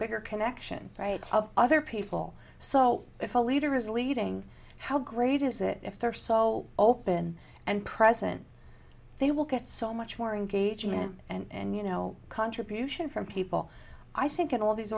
bigger connection right of other people so if a leader is leading how great is it if they're so open and present they will get so much more engagement and you know contribution from people i think in all of these